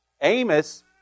Amos